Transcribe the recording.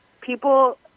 People